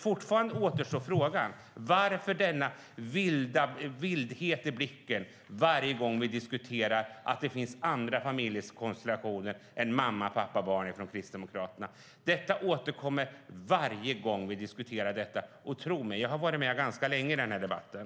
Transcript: Fortfarande återstår frågan: Varför denna vildhet i blicken från Kristdemokraterna varje gång vi diskuterar att det finns andra familjekonstellationer än mamma-pappa-barn? Det återkommer varje gång diskuterar detta. Tro mig, jag har varit med ganska länge i debatten.